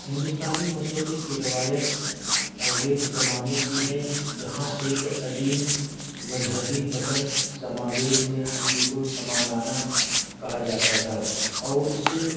ہندوستانی موسیقی کی روایت وید زمانے کی ہے جہاں ایک قدیم مذہبی متن سماوید میں حمد کو سماگانا کہا جاتا تھا اور اسے